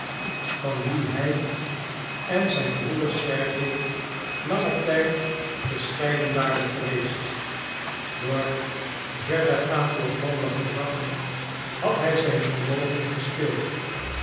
van wien hij en zijn broeder sergej langen tijd gescheiden waren geweest door verregaand losbandig gedrag had hij zijn vermogen